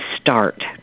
start